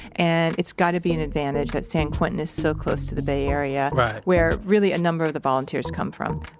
and it's got to be an advantage that san quentin is so close to the bay area, where really a number of the volunteers come from.